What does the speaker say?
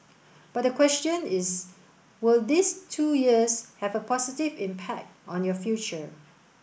but the question is will these two years have a positive impact on your future